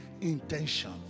intention